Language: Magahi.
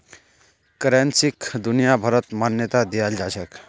करेंसीक दुनियाभरत मान्यता दियाल जाछेक